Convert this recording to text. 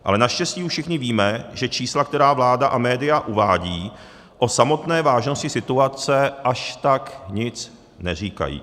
Ale naštěstí už všichni víme, že čísla, která vláda a média uvádějí, o samotné vážnosti situace, až tak nic neříkají.